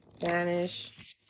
Spanish